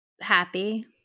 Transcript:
Happy